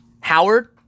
Howard